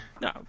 No